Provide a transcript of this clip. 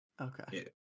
okay